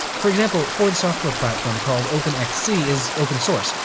for example, ford's software platform, called open xc, is open source,